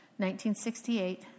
1968